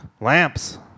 Lamps